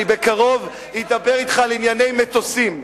אני בקרוב אדבר אתך על ענייני מטוסים.